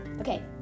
Okay